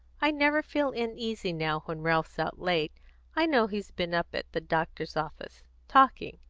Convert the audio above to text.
i never feel uneasy now when ralph's out late i know he's been up at the doctor's office, talking.